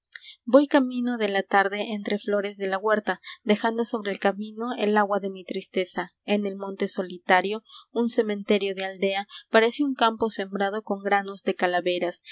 voy camino de la tarde entre flores de la huerta dejando sobre el camino el agua de mi tristeza en el monte solitario un cementerio de aldea parece un campo sembrado con granos de calaveras